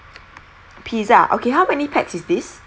pizza okay how many pax is this